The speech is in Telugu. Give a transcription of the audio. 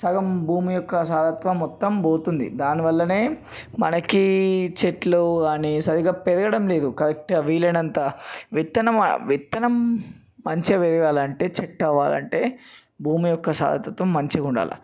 సగం భూమి యొక్క సారత్వం మొత్తం పోతుంది దానివల్లనే మనకి చెట్లు అనే సరిగా పెరగడం లేదు కరెక్ట్గా వీలైనంత విత్తనం విత్తనం మంచిగా పెరగాలంటే చెట్టు అవ్వాలంటే భూమి యొక్క సారతత్వం మంచిగా ఉండాలి